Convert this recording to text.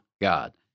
God